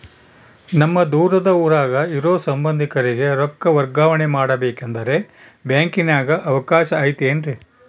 ನಮ್ಮ ದೂರದ ಊರಾಗ ಇರೋ ಸಂಬಂಧಿಕರಿಗೆ ರೊಕ್ಕ ವರ್ಗಾವಣೆ ಮಾಡಬೇಕೆಂದರೆ ಬ್ಯಾಂಕಿನಾಗೆ ಅವಕಾಶ ಐತೇನ್ರಿ?